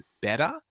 better